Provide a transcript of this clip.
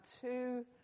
two